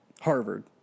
Harvard